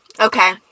Okay